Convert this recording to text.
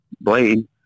blade